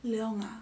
靓啊